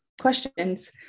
questions